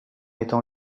étant